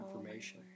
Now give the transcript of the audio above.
information